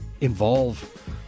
involve